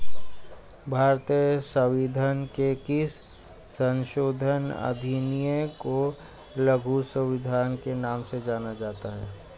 भारतीय संविधान के किस संशोधन अधिनियम को लघु संविधान के नाम से जाना जाता है?